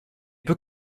peut